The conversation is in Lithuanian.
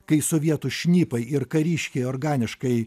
kai sovietų šnipai ir kariškiai organiškai